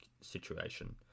situation